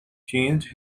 changed